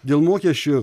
dėl mokesčių